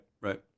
right